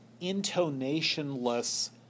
intonationless